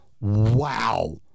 Wow